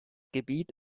gebiet